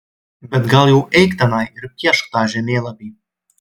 bet gal jau eik tenai ir piešk tą žemėlapį